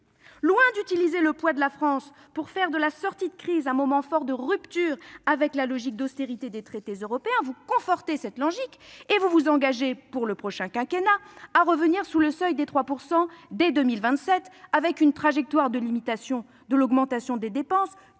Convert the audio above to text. Loin d'utiliser le poids de la France pour faire de la sortie de crise un moment fort de rupture avec la logique d'austérité des traités européens, vous confortez cette logique et vous engagez, pour le prochain quinquennat, à revenir sous le seuil des 3 % dès 2027, une trajectoire de limitation de l'augmentation des dépenses